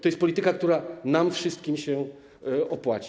To jest polityka, która nam wszystkim się opłaci.